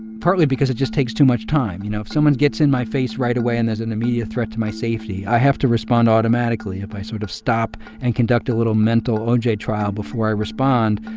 partly because it just takes too much time. you know, if someone gets in my face right away and there's an immediate threat to my safety, i have to respond automatically. if i sort of stop and conduct a little mental o j. trial before i respond,